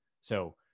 So-